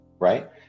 Right